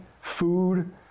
food